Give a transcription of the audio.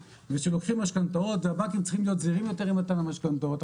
ושלוקחים משכנתאות והבנקים צריכים להיות זהירים יותר עם מתן המשכנתאות.